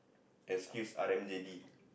excuse R M J D